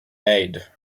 made